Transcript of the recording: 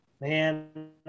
man